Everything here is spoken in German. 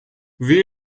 wie